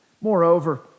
Moreover